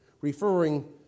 referring